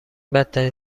بدترین